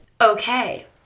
Okay